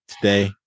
today